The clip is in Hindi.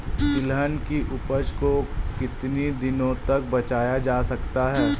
तिलहन की उपज को कितनी दिनों तक बचाया जा सकता है?